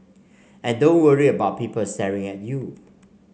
and don't worry about people staring at you